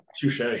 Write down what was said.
Touche